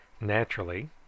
Naturally